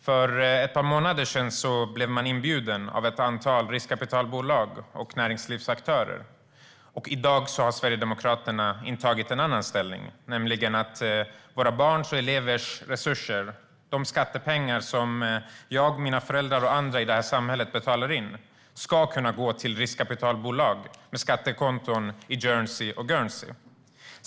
För ett par månader sedan blev man inbjuden av ett antal riskkapitalbolag och näringslivsaktörer, och i dag har Sverigedemokraterna intagit en annan ställning: att våra barns och elevers resurser - de skattepengar jag, mina föräldrar och andra i det här samhället betalar in - ska kunna gå till riskkapitalbolag med skattekonton på Jersey och Guernsey.